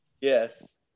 Yes